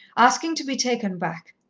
asking to be taken back.